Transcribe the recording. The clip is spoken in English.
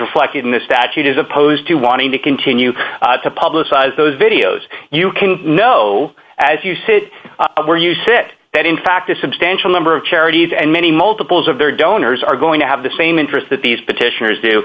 reflected in the statute as opposed to wanting to continue to publicize those videos you can know as you sit where you sit that in fact a substantial number of charities and many multiples of their donors are going to have the same interests that these petitioners do